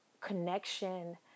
connection